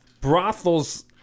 Brothels